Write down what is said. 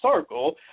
circle